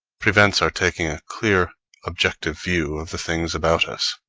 prevents our taking a clear objective view of the things about us,